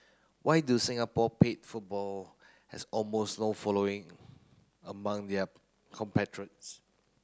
why do Singapore paid football has almost no following among their compatriots